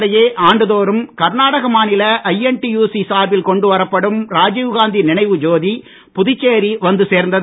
இதனிடையே ஆண்டுதோறும் கர்நாடக மாநில ஐஎன்டியுசி சார்பில் கொண்டு வரப்படும் ராஜீவ்காந்தி நினைவு ஜோதி நேற்றிரவு புதுச்சேரி வந்து சேர்ந்தது